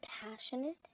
passionate